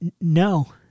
No